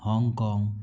Hong Kong